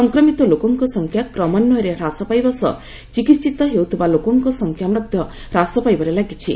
ସଂକ୍ରମିତ ଲୋକଙ୍କ ସଂଖ୍ୟା କ୍ରମାନ୍ସୟରେ ହ୍ରାସ ପାଇବା ସହ ଚିକିିିତ ହେଉଥିବା ଲୋକଙ୍କ ସଂଖ୍ୟା ମଧ୍ୟ ହ୍ରାସ ପାଇବାରେ ଲାଗିଛି